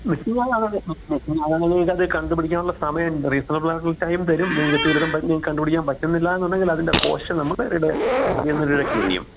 മിസ്സിങ്ങാവുവാണേൽ മിസ്സിങ്ങാവുവാണേൽ നിങ്ങൾക്കത് കണ്ട്പിടിക്കാനുള്ള സമയം റീസ്റ്റോറെബിളായിട്ടുള്ള ടൈം തരും നിങ്ങൾക്ക് തീരേയും പറ്റ് നിങ്ങൾ കണ്ടുപിടിക്കാൻ പറ്റുന്നില്ലാന്നുണ്ടെങ്കില് അതിന്റെ കോഷന് നമ്മൾ റിഡ് അതിൽ നിന്ന് ഡിഡെക്ററ് ചെയ്യും